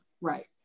right